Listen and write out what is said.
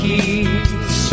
Keys